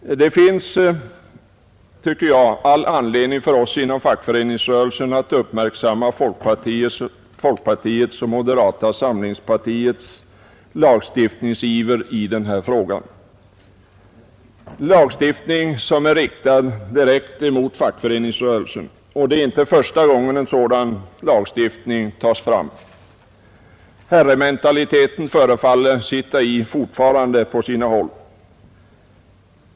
Det är, tycker jag, all anledning för oss inom fackföreningsrörelsen att uppmärksamma folkpartiets och moderata samlingspartiets lagstiftningsiver i denna fråga. Man vill ha en lagstiftning som är riktad direkt emot fackföreningsrörelsen, och det är inte första gången en sådan lagstiftning föreslås. Herrementaliteten förefaller sitta i fortfarande på sina håll.